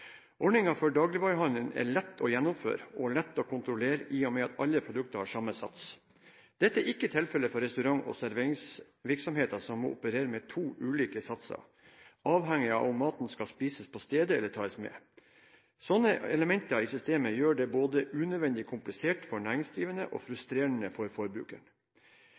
for dagligvarehandelen er lett å gjennomføre og lett å kontrollere i og med at alle produktene har samme sats. Dette er ikke tilfellet for restaurant- og serveringsvirksomheter, som må operere med to ulike satser, avhengig av om maten skal spises på stedet eller tas med. Slike elementer i systemet gjør det både unødvendig komplisert for næringsdrivende og frustrerende for